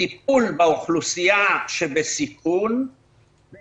בטיפול באוכלוסייה שבסיכון,